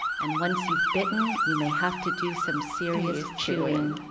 and once you've bitten, you may have to do some serious chewing.